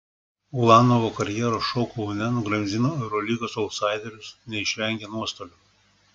ulanovo karjeros šou kaune nugramzdino eurolygos autsaiderius neišvengė nuostolių